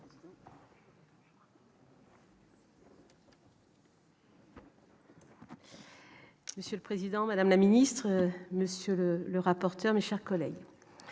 Monsieur le Président, Madame la Ministre, monsieur le rapporteur, mais chers collègues